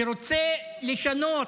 שרוצה לשנות